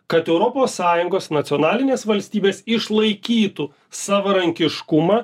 kad europos sąjungos nacionalinės valstybės išlaikytų savarankiškumą